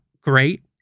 great